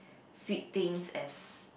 sweet things as